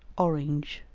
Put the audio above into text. orange,